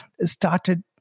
started